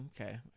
Okay